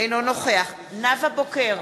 אינו נוכח נאוה בוקר,